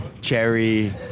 cherry